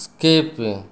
skip